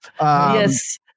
yes